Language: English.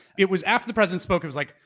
it was after the president spoke, it was like,